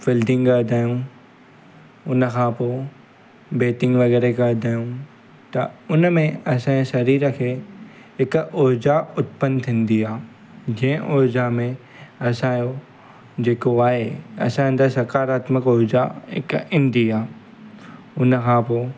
fielding कंदा आहियूं उन खां पोइ बेतिंग वग़ैरह कंदा आहियूं त उन में असांजे शरीर खे हिकु ऊर्जा उतपन्न थींदी आहे जंहिं ऊर्जा में असांजो जेको आहे असां अंदरि सकारात्मक ऊर्जा इक ईंदी आहे उन खां पोइ